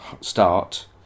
start